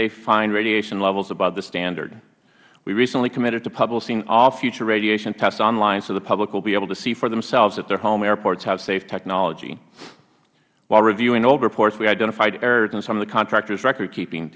they find radiation levels above the standard we recently committed to publishing all future radiation tests online so the public will be able to see for themselves that their home airports have safe technology while reviewing old reports we identified errors in some of the contractors record keeping